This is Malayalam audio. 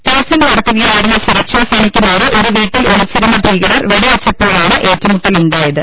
തിരച്ചിൽ നടത്തുകയായിരുന്ന സുരക്ഷാ സേനയ്ക്കുനേരെ ഒരുവീട്ടിൽ ഒളിച്ചിരുന്ന ഭീകരർ വെടിവെച്ചപ്പോഴാണ് ഏറ്റുമുട്ടലുണ്ടായത്